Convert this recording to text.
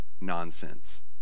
nonsense